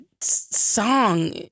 song